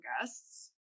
guests